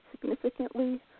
significantly